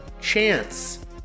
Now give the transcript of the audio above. Chance